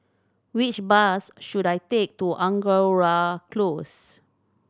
which bus should I take to Angora Close